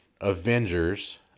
Avengers